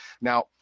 Now